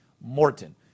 Morton